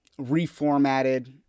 reformatted